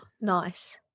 Nice